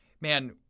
man